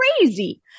crazy